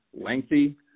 lengthy